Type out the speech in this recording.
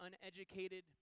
uneducated